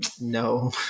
no